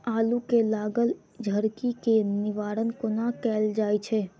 आलु मे लागल झरकी केँ निवारण कोना कैल जाय छै?